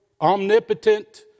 omnipotent